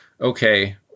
okay